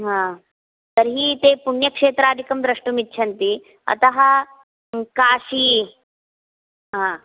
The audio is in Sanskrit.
हा तर्हि ते पुण्यक्षेत्रादिकं द्रष्टुम् इच्छन्ति अतः काशी हा